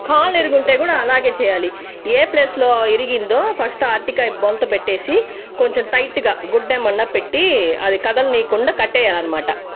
కాలిరిగుంటే కూడా అలాగే చేయాలి ఏ ప్లేస్ లో ఇరిగిందో ఫస్ట్ అట్టికాయ్ బొంత పెట్టేసి కొంచెం టైట్ గా గుడ్డేమన్న పెట్టి అది కదల్నీయకుండా కట్టేయాలన్మాట